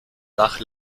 nach